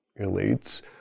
elites